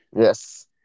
Yes